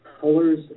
colors